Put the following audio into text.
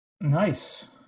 Nice